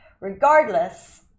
Regardless